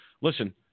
Listen